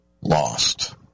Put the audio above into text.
lost